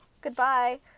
Goodbye